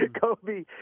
Kobe